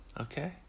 okay